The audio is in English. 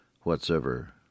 whatsoever